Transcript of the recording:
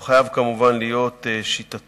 הוא חייב, כמובן, להיות שיטתי,